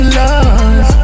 love